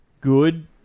good